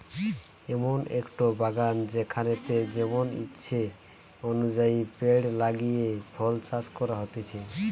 এমন একটো বাগান যেখানেতে যেমন ইচ্ছে অনুযায়ী পেড় লাগিয়ে ফল চাষ করা হতিছে